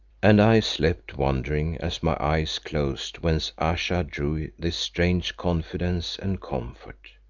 and i slept wondering as my eyes closed whence ayesha drew this strange confidence and comfort.